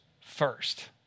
first